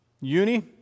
Uni